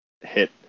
hit